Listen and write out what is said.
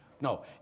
no